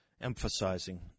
Emphasizing